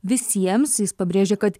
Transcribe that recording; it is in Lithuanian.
visiems jis pabrėžė kad